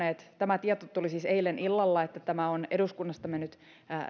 tämä tieto tuli siis eilen illalla että tämä on eduskunnasta mennyt